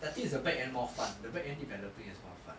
I think it's the back end more fun the back end developing is more fun